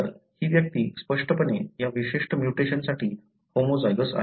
तर ही व्यक्ती स्पष्टपणे या विशिष्ट म्युटेशनसाठी होमोझायगोस आहे